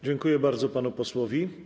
Dziękuję bardzo panu posłowi.